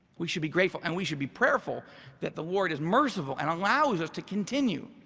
we should be grateful and we should be prayerful that the ward is merciful and allows us to continue